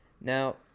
Now